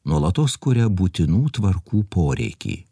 nuolatos kuria būtinų tvarkų poreikį